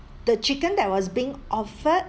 the chicken that was being offered